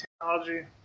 technology